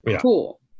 cool